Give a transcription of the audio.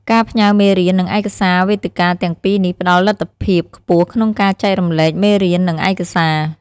ការផ្ញើរមេរៀន និងឯកសារវេទិកាទាំងពីរនេះផ្តល់លទ្ធភាពខ្ពស់ក្នុងការចែករំលែកមេរៀន និងឯកសារ